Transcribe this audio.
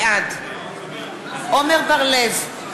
בעד עמר בר-לב,